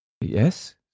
yes